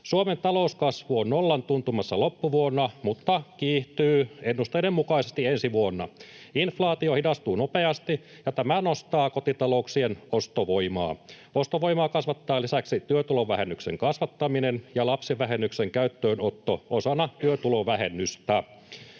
Suomen talouskasvu on nollan tuntumassa loppuvuonna, mutta kiihtyy ennusteiden mukaisesti ensi vuonna. Inflaatio hidastuu nopeasti, ja tämä nostaa kotitalouksien ostovoimaa. Ostovoimaa kasvattavat lisäksi työtulovähennyksen kasvattaminen ja lapsivähennyksen käyttöönotto osana työtulovähennystä.